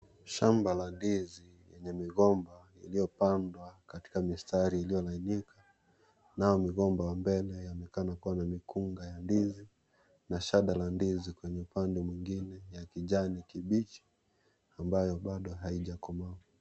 Shamba la ndizi lenye migomba iliyopandwa katika mistari iliyo lainika. Nao migomba ya mbele, yaonekana kuwa na mikunga ya ndizi na shada la ndizi kwenye upande mwingine ya kijani kibichi, ambayo bado haijakomaa.